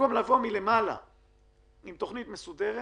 במקום לבוא מלמעלה עם תכנית מסודרת